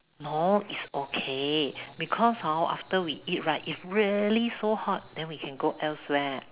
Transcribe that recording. no is okay because hor after we eat right if really so hot then we can go elsewhere